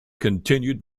continued